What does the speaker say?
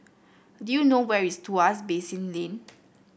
do you know where is Tuas Basin Lane